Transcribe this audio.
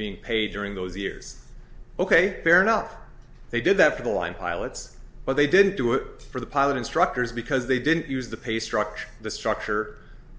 being paid during those years ok fair enough they did that to the line pilots but they didn't do it for the pilot instructors because they didn't use the pay structure the structure